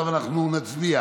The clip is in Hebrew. עכשיו נצביע